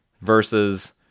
versus